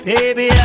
Baby